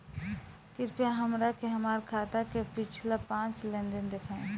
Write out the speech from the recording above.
कृपया हमरा के हमार खाता के पिछला पांच लेनदेन देखाईं